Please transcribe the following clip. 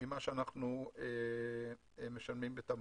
ממה שאנחנו משלמים בתמר.